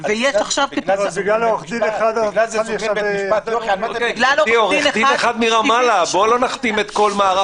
אמרו לנו שיש רשימה שהעביר שב"ס לוועדה ולא ראינו.